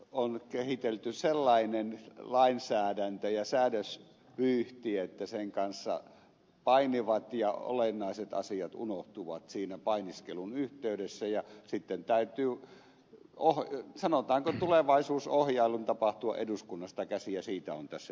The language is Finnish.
on kehitelty sellainen lainsäädäntö ja säädösvyyhti että sen kanssa painivat ja olennaiset asiat unohtuvat siinä painiskelun yh teydessä ja sitten täytyy sanotaanko tulevaisuusohjailun tapahtua eduskunnasta käsin ja siitä on tässä